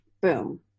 boom